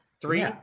Three